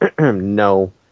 no